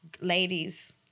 ladies